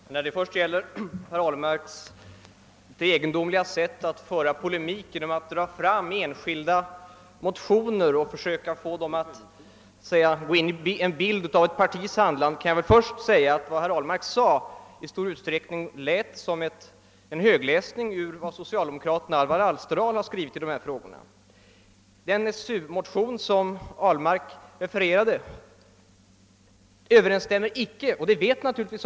Herr talman! Vad först angår herr Ahlmarks egendomliga sätt att polemisera genom att dra fram enskilda motioner och försöka få dem att ge en bild av ett partis handlande vill jag säga att det orimliga i metoden illustreras av att vad herr Ahlmark här anförde i stora stycken lät som en högläsning ur vad socialdemokraten Alvar Alsterdal har skrivit i dessa frågor. Den SSU motion som herr Ahlmark refererade till överensstämmer icke med SSU-distriktets styrelses uppfattning.